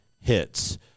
hits